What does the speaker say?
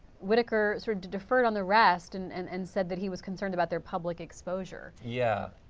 whitaker sort of deferred on the rest and and and said that he was concerned about their public exposure. yeah,